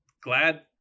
Glad